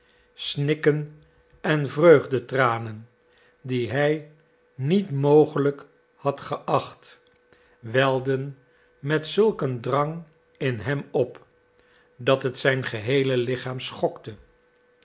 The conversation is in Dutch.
snikken en vreugdetranen die hij niet mogelijk had geacht welden met zulk een drang in hem op dat het zijn geheele